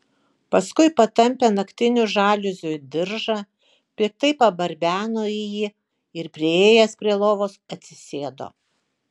paskui patampė naktinių žaliuzių diržą piktai pabarbeno į jį ir priėjęs prie lovos atsisėdo